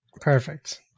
perfect